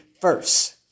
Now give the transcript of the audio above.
first